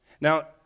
Now